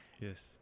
Yes